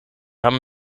haben